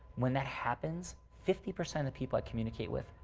when that happens, fifty percent of people i communicate with,